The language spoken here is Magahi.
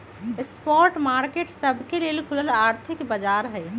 स्पॉट मार्केट सबके लेल खुलल आर्थिक बाजार हइ